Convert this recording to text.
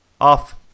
off